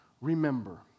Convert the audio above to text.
remember